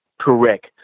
correct